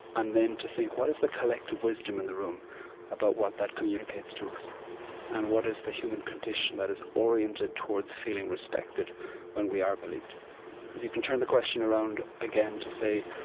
and then to think, what is the collective wisdom in the room about what that communicates to us and what is the human condition that is oriented towards feeling respected when we are believed, because you can turn the question around again, to say,